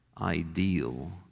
ideal